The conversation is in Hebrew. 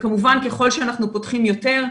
כמובן ככל שאנחנו פותחים יותר,